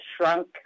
shrunk